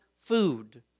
food